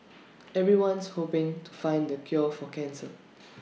everyone's hoping to find the cure for cancer